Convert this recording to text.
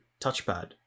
touchpad